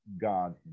God